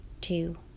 two